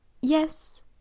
yes